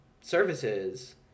services